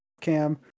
Cam